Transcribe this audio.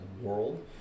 world